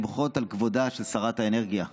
למחות על כבודה של שרת האנרגיה,